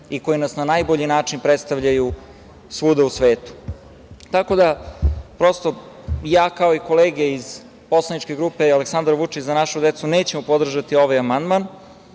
i koji nas na najbolji način predstavljaju svuda u svetu. Ja, kao i kolege iz poslaničke grupe Aleksandar Vučić – Za našu decu nećemo podržati ovaj amandman,